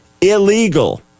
Illegal